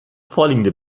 vorliegende